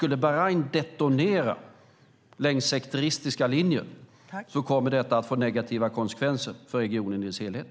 Om Bahrain skulle detonera längs sekteristiska linjer kommer detta att få negativa konsekvenser för regionen i dess helhet.